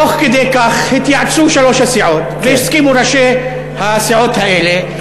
תוך כדי כך התייעצו שלוש הסיעות והסכימו ראשי הסיעות האלה,